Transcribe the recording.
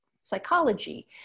psychology